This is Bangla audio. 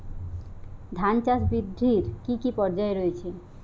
ধান চাষ বৃদ্ধির কী কী পর্যায় রয়েছে?